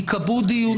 ייקבעו דיונים.